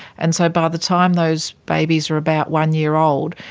and so by the time those babies are about one year old,